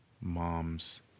moms